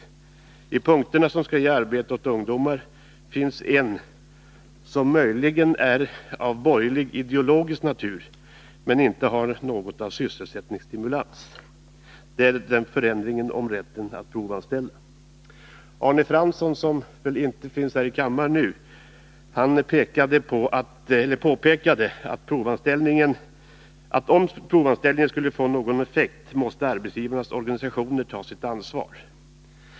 Bland de åtgärder som räknas upp som skall ge arbete åt ungdomar finns en som möjligen är av borgerlig ideologisk natur men som inte har något av sysselsättningsstimulans. Det gäller ändringen i anställningsskyddslagen så att det blir tillåtet med provanställning. Arne Fransson påpekade att om provanställningen skulle få någon effekt måste arbetsgivarnas organisationer ta sitt ansvar.